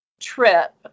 trip